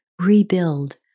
Rebuild